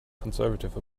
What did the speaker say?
conservative